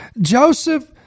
Joseph